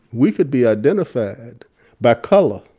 we could be identified by color.